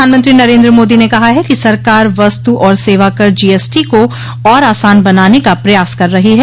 प्रधानमंत्री नरेन्द्र मोदी ने कहा है कि सरकार वस्तु और सेवा कर जीएसटी को और आसान बनाने का प्रयास कर रही है